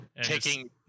Taking